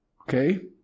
Okay